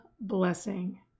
blessing